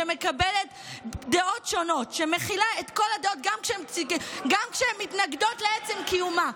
שמקבלת דעות שונות ושמכילה את כל הדעות גם כשהן מתנגדות לעצם קיומה.